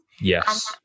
Yes